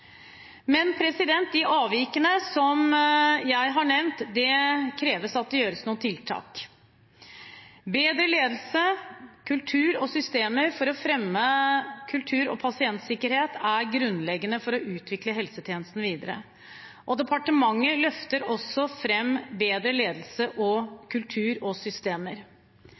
de avvikene som jeg har nevnt, krever at det gjøres noen tiltak. Bedre ledelse, kultur og systemer for å fremme kultur og pasientsikkerhet er grunnleggende for å utvikle helsetjenesten videre. Departementet løfter også fram bedre ledelse, kultur og systemer,